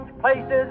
places